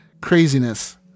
craziness